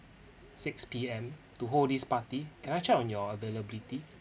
six P_M to hold this party can I check on your availability